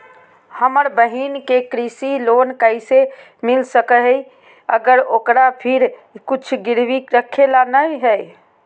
हमर बहिन के कृषि लोन कइसे मिल सको हइ, अगर ओकरा भीर कुछ गिरवी रखे ला नै हइ?